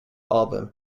album